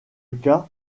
cas